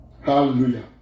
Hallelujah